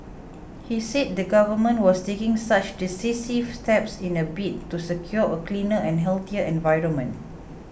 he said the Government was taking such decisive steps in a bid to secure a cleaner and healthier environment